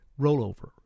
rollover